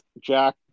Jack